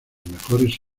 mejores